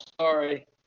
sorry